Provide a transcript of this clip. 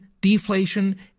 deflation